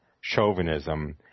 chauvinism